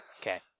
Okay